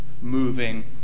moving